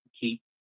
keep